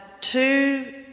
two